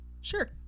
sure